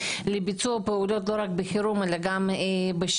לביצוע פעולות גם בשגרה,